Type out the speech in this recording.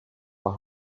are